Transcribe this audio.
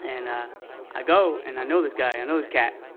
and i i go, and i know this guy, i know this cat.